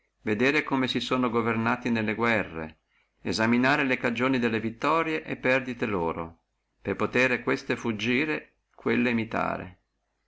vedere come si sono governati nelle guerre esaminare le cagioni della vittoria e perdite loro per potere queste fuggire e quelle imitare